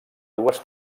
dues